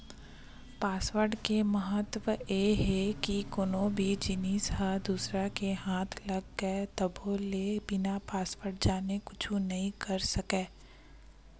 password के महत्ता ए हे के कोनो भी जिनिस ह दूसर के हाथ लग गे तभो ले बिना पासवर्ड जाने कुछु नइ कर सकय